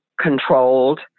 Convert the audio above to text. controlled